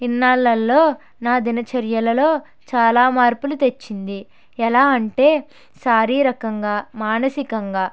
ఇన్నాళ్ళలో నా దిన చర్యలలో చాలా మార్పులు తెచ్చింది ఎలా అంటే శారీరకంగా మానసికంగా